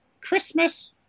Christmas